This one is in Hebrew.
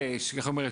איך אתם אומרים,